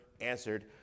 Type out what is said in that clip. answered